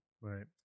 Right